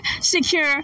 secure